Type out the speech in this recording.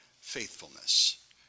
faithfulness